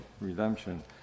redemption